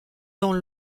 dans